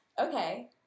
okay